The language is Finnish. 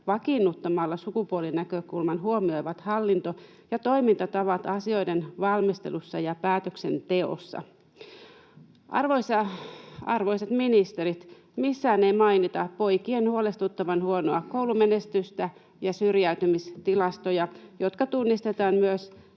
vakiinnuttamalla sukupuolinäkökulman huomioivat hallinto- ja toimintatavat asioiden valmistelussa ja päätöksenteossa.” Arvoisat ministerit, missään ei mainita poikien huolestuttavan huonoa koulumenestystä ja syrjäytymistilastoja, jotka tunnistetaan myös